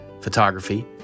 photography